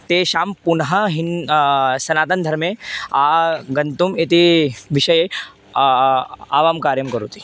तेषां पुनः हिन्दु सनातनधर्मे आगन्तुम् इति विषये आवां कार्यं कुरुतः